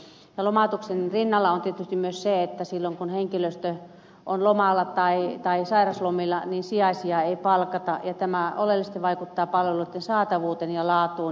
lomautuksen rinnalla on tietysti myös se että silloin kun henkilöstö on lomalla tai sairauslomilla niin sijaisia ei palkata ja tämä oleellisesti vaikuttaa palveluitten saatavuuteen ja laatuun